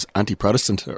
anti-Protestant